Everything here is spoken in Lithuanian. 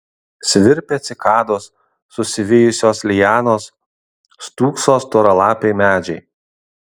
svirpia cikados susivijusios lianos stūkso storalapiai medžiai